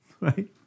right